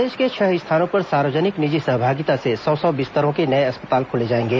प्रदेश के छह स्थानों पर सार्वजनिक निजी सहभागिता से सौ सौ बिस्तरों के नए अस्पताल खोले जाएंगे